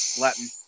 Latin